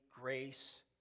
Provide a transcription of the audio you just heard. grace